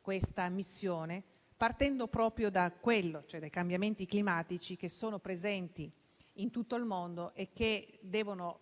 questa missione, partendo proprio dai cambiamenti climatici presenti in tutto il mondo e che devono